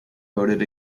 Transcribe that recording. voted